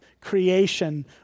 creation